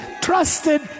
trusted